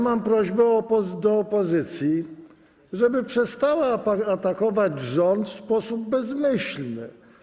Mam prośbę do opozycji, żeby przestała atakować rząd w sposób bezmyślny.